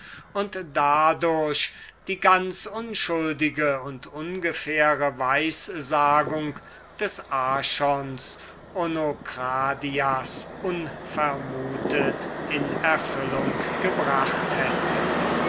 und dadurch die ganze unschuldige und ungefähre weissagung des archons onokradias auf eine unvermutete art in erfüllung gebracht hätten